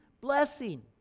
blessing